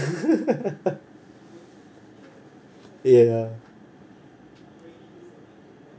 ya